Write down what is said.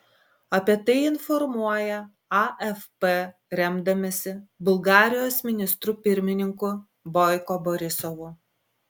apie tai informuoja afp remdamasi bulgarijos ministru pirmininku boiko borisovu